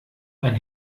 ein